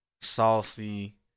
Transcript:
Saucy